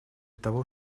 того